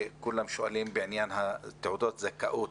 וכולם שואלים בעניין תעודות הזכאות.